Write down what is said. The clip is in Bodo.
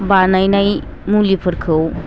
बानायनाय मुलिफोरखौ